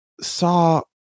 saw